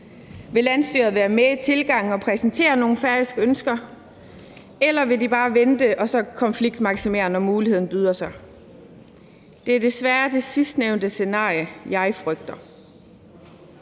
Vil landsstyret være med i tilgangen og præsentere nogle færøske ønsker, eller vil de bare vente og så konfliktmaksimere, når muligheden byder sig? Det er desværre det sidstnævnte scenarie, jeg frygter.